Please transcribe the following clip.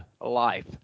life